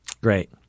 Great